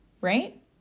right